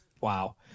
Wow